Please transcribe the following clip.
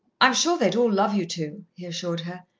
i'm sure they'd all love you to, he assured her.